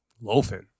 Loafing